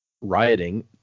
rioting